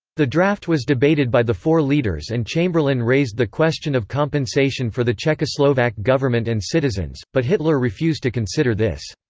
the draft was debated by the four leaders and chamberlain raised the question of compensation for the czechoslovak government and citizens, but hitler refused to consider this.